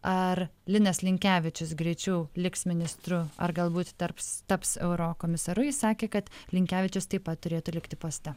ar linas linkevičius greičiau liks ministru ar galbūt tarps taps eurokomisaru jis sakė kad linkevičius taip pat turėtų likti poste